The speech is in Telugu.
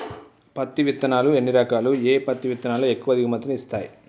పత్తి విత్తనాలు ఎన్ని రకాలు, ఏ పత్తి విత్తనాలు ఎక్కువ దిగుమతి ని ఇస్తాయి?